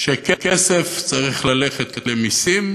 שכסף צריך ללכת למסים,